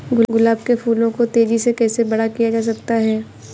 गुलाब के फूलों को तेजी से कैसे बड़ा किया जा सकता है?